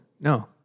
No